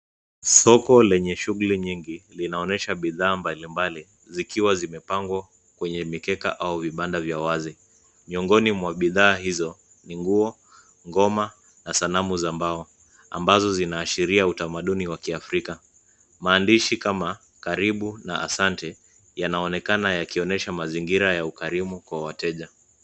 Soko lenye shughuli nyingi linaonyesha bidhaa mbalimbali zikiwa zimepangwa kwenye mikeka au vibanda vya wazi. Miongoni mwa bidhaa hizo ni nguo, ngoma na sanamu za mbao, ambazo zinaashiria utamaduni wa kiafrika. Maandishi kama karibu na asante yanaonekana yakionyesha mazingira ya ukarimu kwa wateja.